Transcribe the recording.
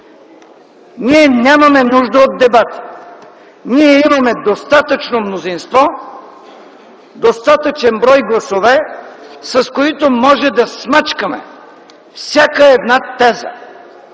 ние нямаме нужда от дебати, ние имаме достатъчно мнозинство, достатъчен брой гласове, с които може да смачкаме всяка една теза.